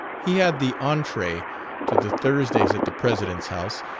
he had the entree to the thursdays at the president's house,